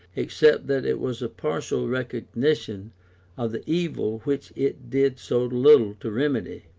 except that it was a partial recognition of the evil which it did so little to remedy.